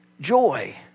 joy